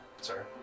sir